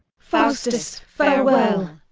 faustus, farewell.